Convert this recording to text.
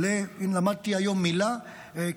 למדתי היום מילה,